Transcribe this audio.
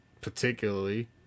particularly